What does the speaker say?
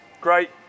great